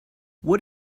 what